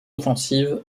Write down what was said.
offensive